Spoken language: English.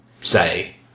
say